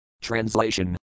Translation